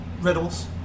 Riddles